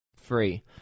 free